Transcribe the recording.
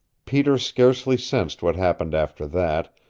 peter scarcely sensed what happened after that,